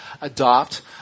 adopt